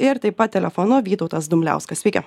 ir taip pat telefonu vytautas dumbliauskas sveiki